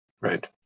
Right